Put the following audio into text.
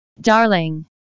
darling